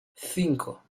cinco